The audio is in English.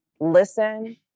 listen